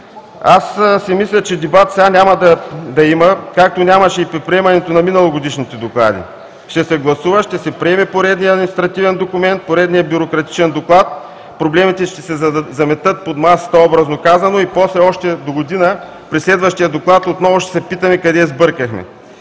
Аз си мисля, че дебат сега няма да има, както нямаше и по приемането на миналогодишните доклади. Ще се гласува, ще се приеме поредният административен документ, поредният бюрократичен доклад, проблемите ще се заметат под масата образно казано и още догодина, при следващия доклад отново ще се питаме: къде сбъркахме?